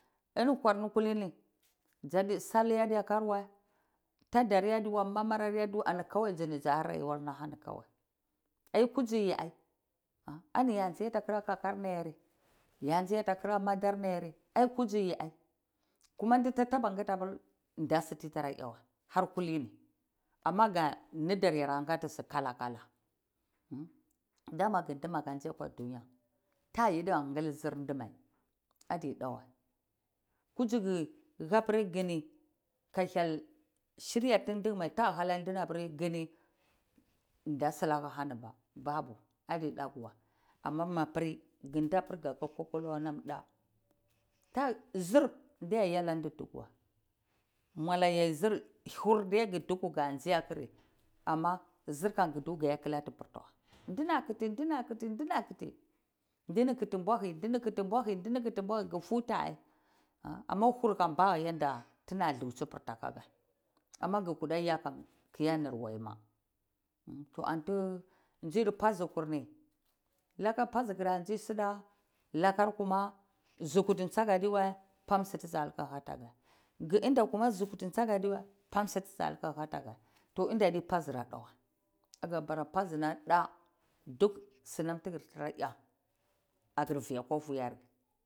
Ini kuarni kulono sal ade karwa tadiye adekarye tsini sa tsai kusiye, ya tsi ta kara kakarneyono kra madarna yene kusi yi ai kuma tati dakatibir da sonam titra a we amma dar nitar yara katisu kala kala dama ku de baka tsi kwa duniya, ka yidi ka kal sir demai adi dawa kuso kaka habir ka hyel shiryatini ka ha labar kullo ata kruro, da sulaka hani ado dakuwa, mabor kaga kwakolo namda zir ta ya ni du tukuwa, mula yaizir hurte kutuku kasorkr ama zir ku tukuka klati birtawa tini akuti dunakuti, tini kuti mbuahi tini kuhi buahi ku futa a amma hur ba yanta tita kiti ako amma kuta ya, zir kuta nir wavma to antu tsi basi kurni laka baso kra tsi sida laka kuma zuhudu tsakra diwa bam simam tida ha ahileka to inta adi basira dawa kakara basi namda sinam tukur a kakur fiyaka wearkur